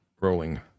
Rolling